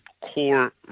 core